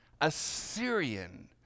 Assyrian